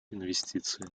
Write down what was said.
инвестиции